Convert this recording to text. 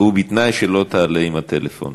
ובתנאי שלא תעלה עם הטלפון.